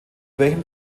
welchem